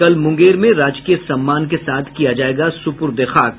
कल मुंगेर में राजकीय सम्मान के साथ किया जायेगा सुपुर्दे खाक